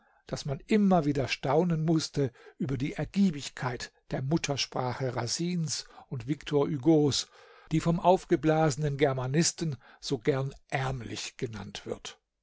daß man immer wieder staunen mußte über die ergiebigkeit der muttersprache racines und victor hugos die vom aufgeblasenen germanisten so gern ärmlich genannt wird